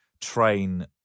train